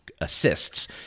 Assists